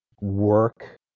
work